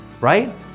right